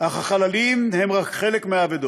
אך החללים הם רק חלק מהאבדות.